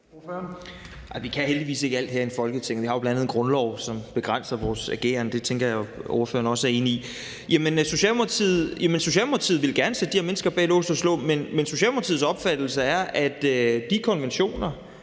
Vi kan heldigvis ikke alt herinde i Folketinget. Vi har jo bl.a. en grundlov, som begrænser vores ageren – det tænker jeg at ordføreren også er enig i. Jamen Socialdemokratiet vil gerne sætte de her mennesker bag lås og slå, men Socialdemokratiets opfattelse er, at de konventioner